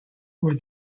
were